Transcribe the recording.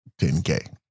10K